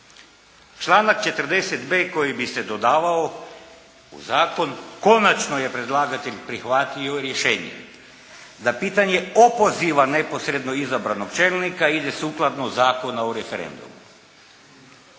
Članak 40.b koji bi se dodavao u zakon konačno je predlagatelj prihvatio rješenjem. Na pitanje opoziva neposredno izabranog čelnika ide sukladno Zakona o referendumu.